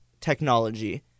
technology